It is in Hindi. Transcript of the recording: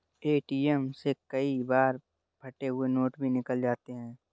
ए.टी.एम से कई बार फटे हुए नोट भी निकल जाते हैं